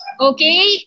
okay